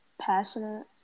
Passionate